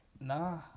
Nah